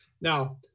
Now